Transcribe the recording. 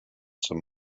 some